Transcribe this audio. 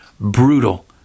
brutal